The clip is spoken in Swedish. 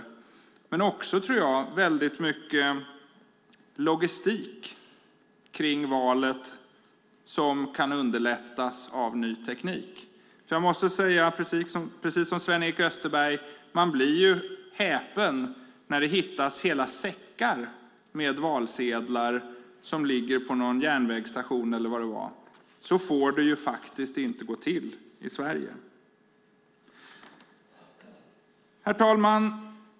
Jag tror också att det finns mycket logistik kring valet som kan underlättas med ny teknik. Precis som Sven-Erik Österberg måste jag säga att man blir häpen när det hittas hela säckar med valsedlar på någon järnvägsstation eller liknande. Så får det faktiskt inte gå till i Sverige. Herr talman!